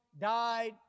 died